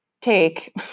take